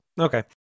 okay